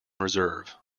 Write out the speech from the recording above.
reserve